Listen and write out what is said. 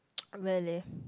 really